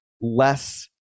less